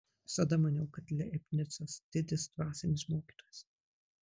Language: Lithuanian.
visada maniau kad leibnicas didis dvasinis mokytojas